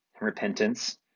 repentance